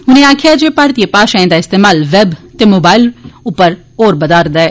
उनें आक्खेआ जे भारतीय भाषाएं दा इस्तेमाल वेब ते मोबाइल उप्पर बदा'रदा ऐ